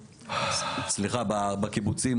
בקיבוצים,